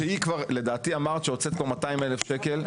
לדעתי אמרת שהוצאת כבר 200,000 שקל.